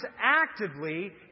actively